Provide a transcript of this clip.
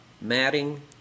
matting